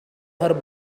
her